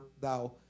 thou